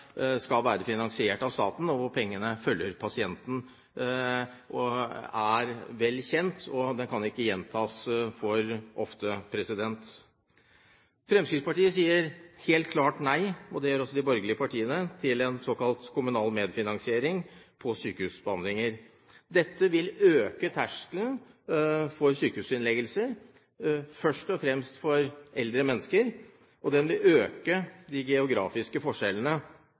skal være finansiert av staten, og at pengene følger pasienten – er vel kjent, og den kan ikke gjentas for ofte. Fremskrittspartiet sier helt klart nei – det gjør også de borgerlige partiene – til en såkalt kommunal medfinansiering på sykehusbehandlinger. Dette vil øke terskelen for sykehusinnleggelser, først og fremst for eldre mennesker, og det vil øke de geografiske